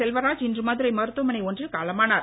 செல்வராஜ் இன்று மதுரை மருத்துவமனை ஒன்றில் காலமானார்